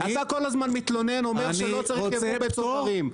אתה כל הזמן מתלונן, אומר שלא צריך ייבוא בצוברים.